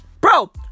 bro